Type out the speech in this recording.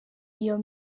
iyo